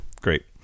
Great